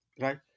right